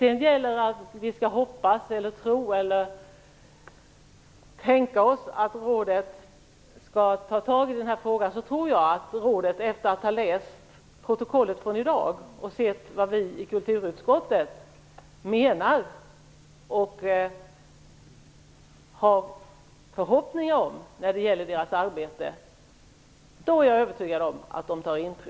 Om vi sedan skall hoppas, tro eller tänka oss att rådet skall ta itu med den frågan, är jag övertygad om att rådet tar intryck efter att läst protokollet från i dag och sett vad vi i kulturutskottet anser och har för förhoppningar när det gäller rådets arbete.